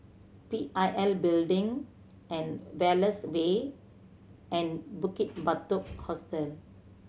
P I L Building and Wallace Way and Bukit Batok Hostel